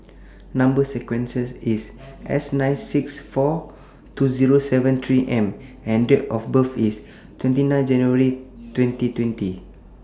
Number sequence IS S nine six four two Zero seven three M and Date of birth IS twenty nine January twenty twenty